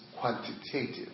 quantitative